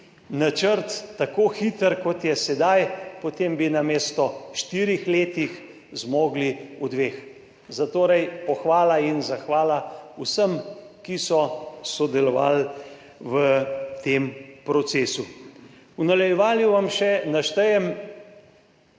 načrt tako hiter, kot je sedaj, potem bi namesto v štirih letih zmogli v dveh. Zatorej pohvala in zahvala vsem, ki so sodelovali v tem procesu. V nadaljevanju vam še naštejem,